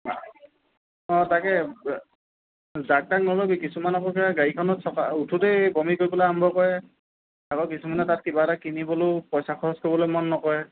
অ তাকে যাক তাক নলবি কিছুমানে আকৌ গাড়ীখনত চ উঠোঁতেই বমি কৰিবলৈ আৰম্ভ কৰে আকৌ কিছুমানে তাত কিবা কিনিবলৈও পইচা খৰচ কৰিবলৈ মন নকৰে